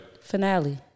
Finale